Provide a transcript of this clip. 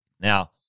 Now